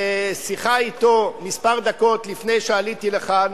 בשיחה אתו דקות מספר לפני שעליתי לכאן,